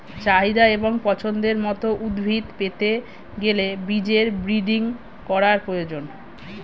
চাহিদা এবং পছন্দের মত উদ্ভিদ পেতে গেলে বীজের ব্রিডিং করার প্রয়োজন